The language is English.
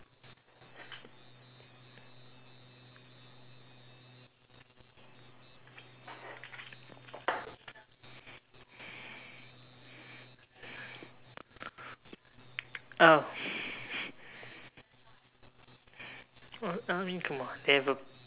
ah I mean never been to never